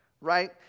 Right